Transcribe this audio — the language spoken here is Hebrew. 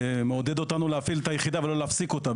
זה מעודד אותנו להפעיל את היחידה ולא להפסיק אותה.